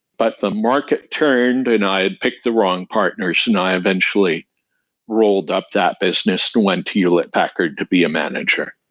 but the market turned and i had picked the wrong partners and i eventually rolled up that business and went to hewlett-packard to be a manager.